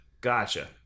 gotcha